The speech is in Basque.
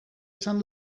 esan